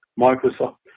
Microsoft